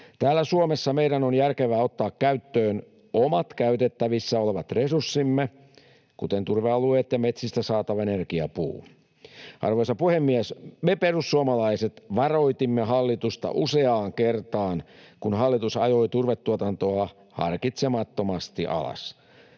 Täällä Suomessa meidän on järkevää ottaa käyttöön omat käytettävissä olevat resurssimme, kuten turvealueet ja metsistä saatava energiapuu. Arvoisa puhemies! Me perussuomalaiset varoitimme hallitusta useaan kertaan, kun hallitus ajoi turvetuotantoa harkitsemattomasti alas.